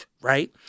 right